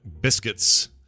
biscuits